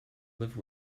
live